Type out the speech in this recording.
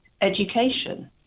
education